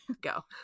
go